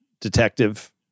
detective